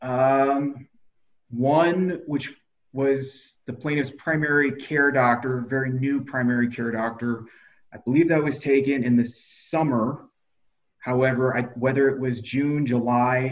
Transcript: one which was the plaintiffs primary care doctor very new primary care doctor i believe that was taken in this summer however at whether it was june july